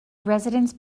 residents